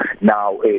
now